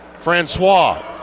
Francois